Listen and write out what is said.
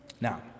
Now